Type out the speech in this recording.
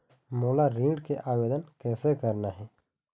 मोला ऋण के आवेदन कैसे करना हे?